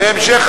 בעד,